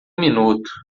minuto